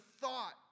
thought